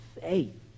faith